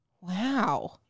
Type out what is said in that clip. Wow